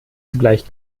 zugleich